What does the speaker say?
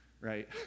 right